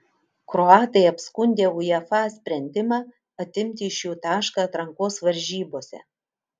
kroatai apskundė uefa sprendimą atimti iš jų tašką atrankos varžybose